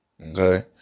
okay